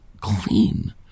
clean